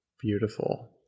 beautiful